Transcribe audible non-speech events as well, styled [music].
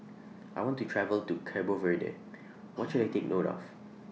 I want to travel to Cabo Verde [noise] What should I Take note of